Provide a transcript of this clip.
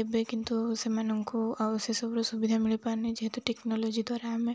ଏବେ କିନ୍ତୁ ସେମାନଙ୍କୁ ଆଉ ସେସବୁର ସୁବିଧା ମିଳିପାରୁନି ଯେହେତୁ ଟେକ୍ନୋଲୋଜି ଦ୍ୱାରା ଆମେ